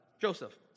Joseph